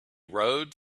rode